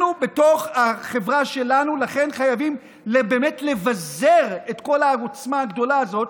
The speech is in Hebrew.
אנחנו בתוך החברה שלנו חייבים באמת לבזר את כל העוצמה הגדולה הזאת,